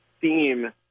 theme